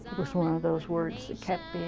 was one those words that kept